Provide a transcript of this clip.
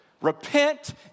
repent